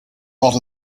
not